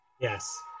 yes